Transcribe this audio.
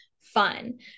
fun